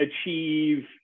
achieve